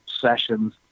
sessions